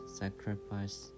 sacrifice